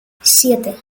siete